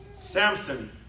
Samson